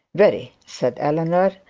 very, said eleanor,